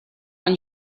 find